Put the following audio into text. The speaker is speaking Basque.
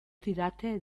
didate